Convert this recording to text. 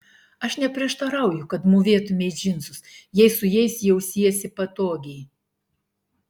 aš neprieštarauju kad mūvėtumei džinsus jei su jais jausiesi patogiai